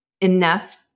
Enough